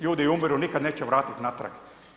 Ljudi umiru, nikad neće vratit natrag.